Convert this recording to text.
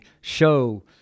show